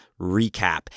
recap